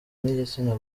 n’igitsina